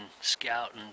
scouting